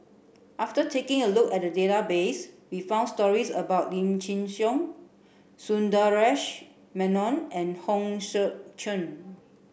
after taking a look at the database we found stories about Lim Chin Siong Sundaresh Menon and Hong Sek Chern